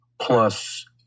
plus